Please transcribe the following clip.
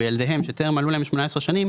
וילדיהם שטרם מלאו להם 18 שנים,